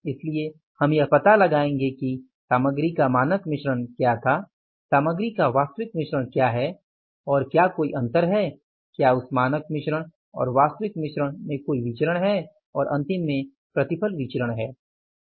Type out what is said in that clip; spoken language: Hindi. इसलिए हम यह पता लगाएंगे कि सामग्री का मानक मिश्रण क्या था सामग्री का वास्तविक मिश्रण क्या है और क्या कोई अंतर है क्या उस मानक मिश्रण और वास्तविक मिश्रण में कोई विचरण है और अंतिम में प्रतिफल विचरण है